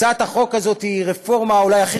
הצעת החוק הזאת היא אולי הרפורמה הכי